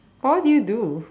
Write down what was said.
but what do you do